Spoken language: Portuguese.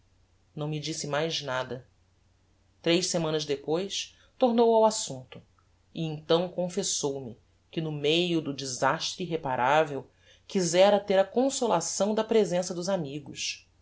não me disse mais nada tres semanas depois tornou ao assumpto e então confessou-me que no no meio do desastre irreparavel quizera ter a consolação da presença dos amigos